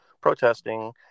protesting